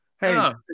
Hey